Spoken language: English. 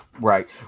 Right